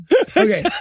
Okay